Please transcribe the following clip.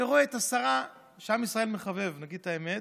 ורואה את השרה, שעם ישראל מחבב, נגיד את האמת,